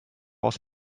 aus